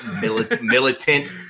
militant